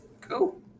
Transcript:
Cool